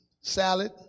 Salad